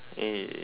hey